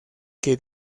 que